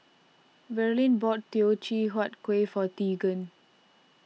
Verlene bought Teochew Huat Kuih for Teagan